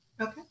Okay